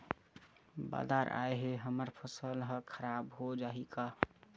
बादर आय ले हमर फसल ह खराब हो जाहि का?